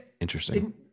interesting